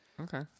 Okay